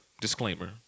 disclaimer